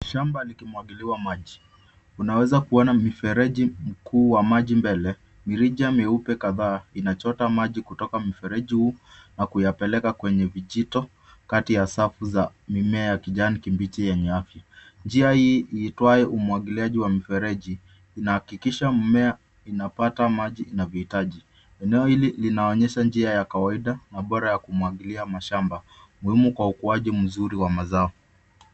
Shamba likimwagiliwa maji. Unawezakuona mifereji mkuu wa maji mbele, mirija myeupe kadhaa inachota maji kutoka mfereji huu na kuyapeleka kwenye vijito kati ya safu za mimea ya kijani kibichi yenye afya. Njia hii iitwayo umwagiliaji wa mifereji inahakikisha mmea inapata maji inavyohitaji. Eneo hili linaonyesha njia ya kawaida na bora ya kumwagilia mashamba muhimu kwa ukuaji mzuri wa mazao.